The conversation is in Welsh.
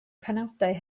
penawdau